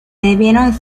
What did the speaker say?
debieron